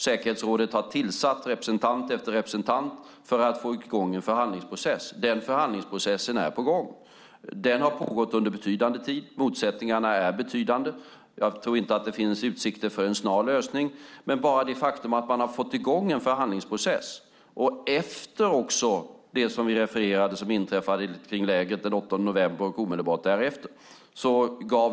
Säkerhetsrådet har tillsatt representant efter representant för att få i gång en förhandlingsprocess. Den förhandlingsprocessen är på gång. Den har pågått under betydande tid. Motsättningarna är betydande. Jag tror inte att det finns utsikter för en snar lösning, men bara det faktum att man har fått i gång en förhandlingsprocess också efter det som inträffade kring lägret den 8 november och omedelbart därefter.